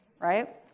right